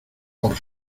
por